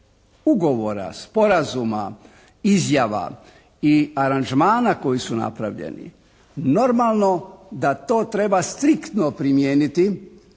ugovora, sporazuma, izjava i aranžmana koji su napravljeni normalno da to treba striktno primijeniti